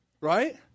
right